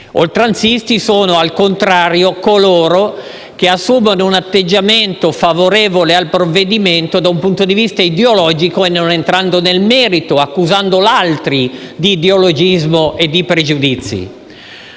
Oltranzisti sono, al contrario, quanti assumono un atteggiamento favorevole al provvedimento da un punto di vista ideologico e non entrando nel merito, accusando gli altri di ideologismo e di avere pregiudizi.